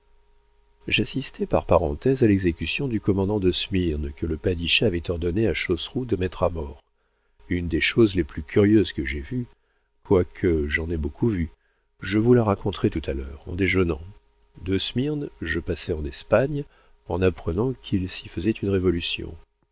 j'assistai par parenthèse à l'exécution du commandant de smyrne que le padischah avait ordonné à chosrew de mettre à mort une des choses les plus curieuses que j'aie vues quoique j'en aie beaucoup vu je vous la raconterai tout à l'heure en déjeunant de smyrne je passai en espagne en apprenant qu'il s'y faisait une révolution